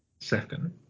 Second